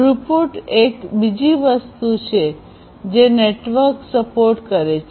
throughput એક બીજી વસ્તુ છે જે નેટવર્ક સપોર્ટ કરે છે